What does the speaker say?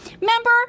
Remember